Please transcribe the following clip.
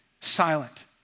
silent